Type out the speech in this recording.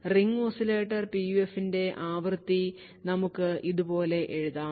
ring oscillator PUF ന്റെ ആവൃത്തി നമുക്ക് ഇതുപോലെ എഴുതാം